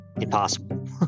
impossible